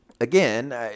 again